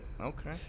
Okay